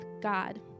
God